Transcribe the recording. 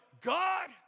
God